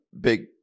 big